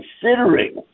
considering